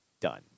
done